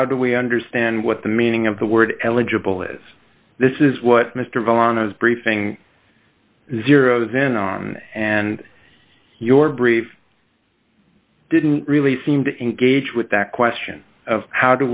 how do we understand what the meaning of the word eligible is this is what mr vaughan is briefing zeroes in on and your brief didn't really seem to engage with that question of how